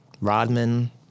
Rodman